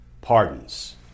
pardons